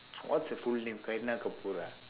what's her full name kareena kapoor ah